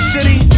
City